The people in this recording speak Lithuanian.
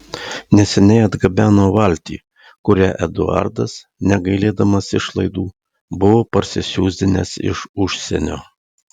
neseniai atgabeno valtį kurią eduardas negailėdamas išlaidų buvo parsisiųsdinęs iš užsienio